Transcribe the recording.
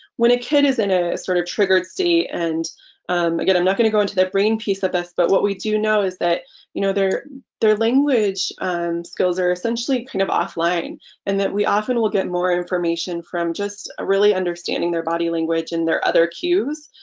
when a kid is in a sort of triggered state, and again i'm not going to to the brain piece of this, but what we do know is that you know their their language skills are essentially kind of offline and that we often will get more information from just really understanding their body language and their other cues